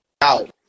out